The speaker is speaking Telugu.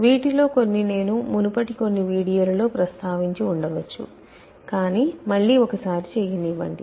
వీటిలో కొన్ని నేను మునుపటి కొన్ని వీడియోలలో ప్రస్తావించి ఉండవచ్చు కాని మళ్ళీ ఒకసారి చేయనివ్వండి